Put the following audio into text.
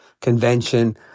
convention